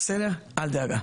אל דאגה.